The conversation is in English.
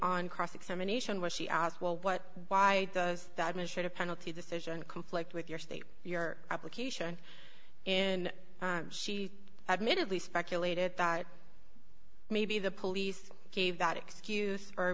on cross examination was she as well what why does that mean should a penalty decision conflict with your state your application in she admittedly speculated that maybe the police gave that excuse or